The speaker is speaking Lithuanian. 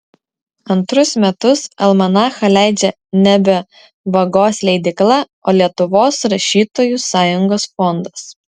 antrus metus almanachą leidžia nebe vagos leidykla o lietuvos rašytojų sąjungos fondas